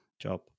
job